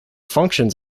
functions